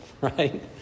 right